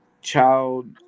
child